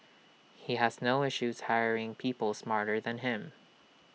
he has no issues hiring people smarter than him